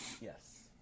yes